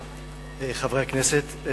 חברי הכנסת,